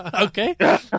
Okay